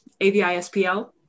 AVISPL